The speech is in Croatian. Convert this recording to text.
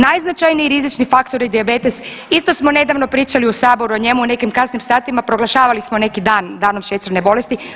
Najznačajniji rizični faktori dijabetes, isto smo nedavno pričali u saboru o njemu, u nekim kasnim satima proglašavali smo neki dan Danom šećerne bolesti.